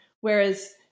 whereas